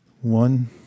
One